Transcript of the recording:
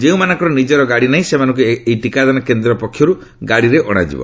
ଯେଉଁମାନଙ୍କର ନିଜର ଗାଡ଼ି ନାହିଁ ସେମାନଙ୍କୁ ଏଇ ଟିକାଦାନ କେନ୍ଦ୍ର ପକ୍ଷରୁ ଗାଡ଼ିରେ ଅଣାଯିବ